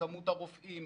במספר הרופאים,